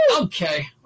Okay